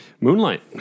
Moonlight